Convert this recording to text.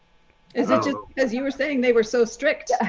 is it just as you were saying, they were so strict